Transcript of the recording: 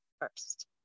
first